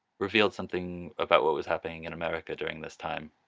revealed something about what was happening in america during this time